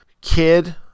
kid